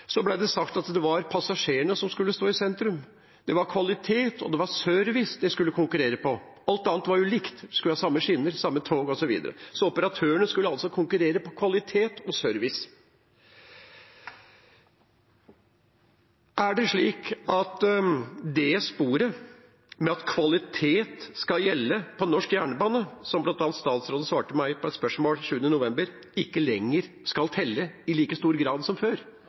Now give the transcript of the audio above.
ble det sagt at det var passasjerene som skulle stå i sentrum, det var kvalitet og service det skulle konkurreres om. Alt annet var jo likt. En skulle ha samme skinner, samme tog, osv. Operatørene skulle altså konkurrere om kvalitet og service. Er det slik at det sporet, det at kvalitet skal gjelde på norsk jernbane, som bl.a. statsråden svarte meg på et spørsmål den 20. november, ikke lenger skal telle i like stor grad som før?